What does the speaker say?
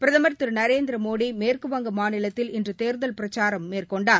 பிரதமர் திரு நரேந்திரமோடி மேற்குவங்க மாநிலத்தில் இன்று தேர்தல் பிரச்சாரம் மேற்கொண்டார்